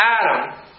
Adam